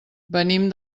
venim